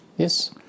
Yes